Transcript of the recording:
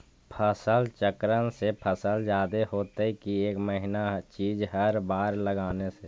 फसल चक्रन से फसल जादे होतै कि एक महिना चिज़ हर बार लगाने से?